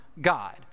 God